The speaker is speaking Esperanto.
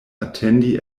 atendi